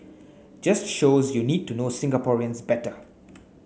just shows you need to know Singaporeans better